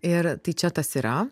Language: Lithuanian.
ir tai čia tas yra